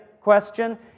question